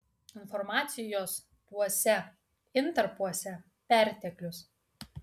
informacijos tuose intarpuose perteklius